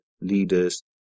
leaders